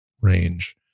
range